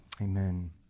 Amen